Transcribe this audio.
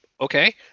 Okay